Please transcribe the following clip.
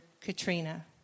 Katrina